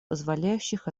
позволяющих